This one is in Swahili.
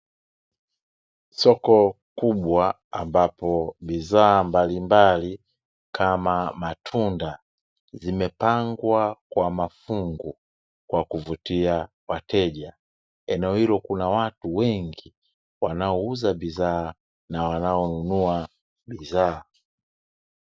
Soko kubwa ambapo bidhaa mbalimbali kama matunda zimepangwa kwa mafungu kwa kuvutia wateja eneo hilo kuna watu wengi, wanaouza bidhaa na wanaonunua bidhaa.